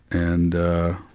and ah,